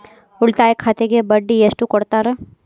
ಉಳಿತಾಯ ಖಾತೆಗೆ ಬಡ್ಡಿ ಎಷ್ಟು ಕೊಡ್ತಾರ?